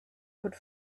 could